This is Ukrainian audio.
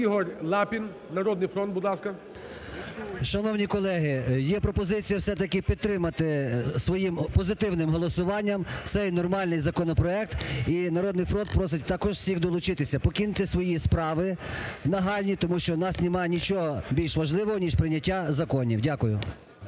Ігор Лапін, "Народний фронт", будь ласка. 17:11:51 ЛАПІН І.О. Шановні колеги, є пропозиція все-таки підтримати своїм позитивним голосуванням цей нормальний законопроект. І "Народний фронт" просить також всіх долучитися. Покиньте свої справи нагальні, тому що у нас нема нічого більш важливого, ніж прийняття законів. Дякую.